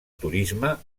turisme